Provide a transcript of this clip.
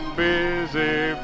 busy